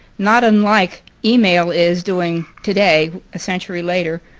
not unlike email is doing today, a century later.